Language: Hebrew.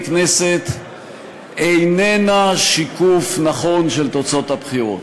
כנסת איננה שיקוף נכון של תוצאות הבחירות.